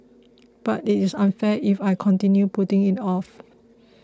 but it is unfair if I continue putting it off